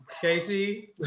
Casey